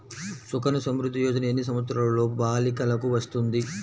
సుకన్య సంవృధ్ది యోజన ఎన్ని సంవత్సరంలోపు బాలికలకు వస్తుంది?